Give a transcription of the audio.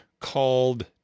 called